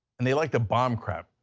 and they like to bomb crap.